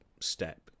step